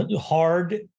hard